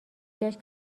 داشت